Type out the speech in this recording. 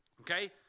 Okay